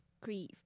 grief